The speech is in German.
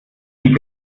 die